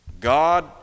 God